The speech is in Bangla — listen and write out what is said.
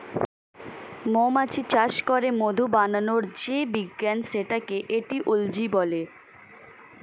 মৌমাছি চাষ করে মধু বানানোর যে বিজ্ঞান সেটাকে এটিওলজি বলে